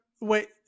wait